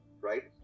right